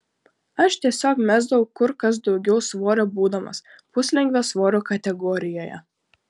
aš tiesiog mesdavau kur kas daugiau svorio būdamas puslengvio svorio kategorijoje